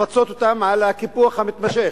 לפצות אותם על הקיפוח המתמשך,